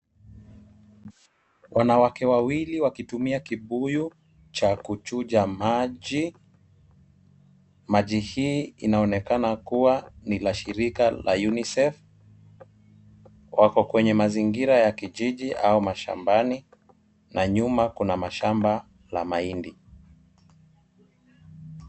Wanawake wawili wakitumia kibuyu cha kuchuja maji, maji hii inaonekana kuwa ni la shirika la UNICEF. Wako kwenye mazingira ya kijiji au mashambani. Na nyuma kuna mashamba la mahindi.